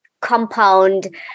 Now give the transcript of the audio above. compound